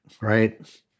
right